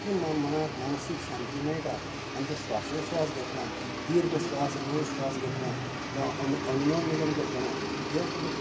इतली मनाक मानसीक शांती मेळटा आनी जें श्वासोश्वास घेतना दीर्घ स्वास ल्हव स्वास घेतना जावं अनुलोम विलोम करतना जें तुका